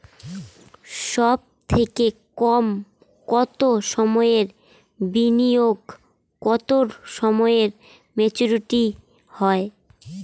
সবথেকে কম কতো সময়ের বিনিয়োগে কতো সময়ে মেচুরিটি হয়?